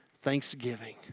Thanksgiving